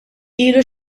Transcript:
ilu